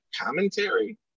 commentary